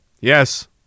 Yes